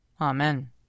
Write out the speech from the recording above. Amen